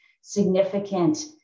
significant